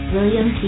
William